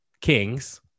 kings